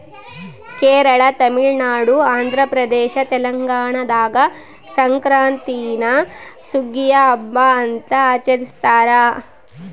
ಕೇರಳ ತಮಿಳುನಾಡು ಆಂಧ್ರಪ್ರದೇಶ ತೆಲಂಗಾಣದಾಗ ಸಂಕ್ರಾಂತೀನ ಸುಗ್ಗಿಯ ಹಬ್ಬ ಅಂತ ಆಚರಿಸ್ತಾರ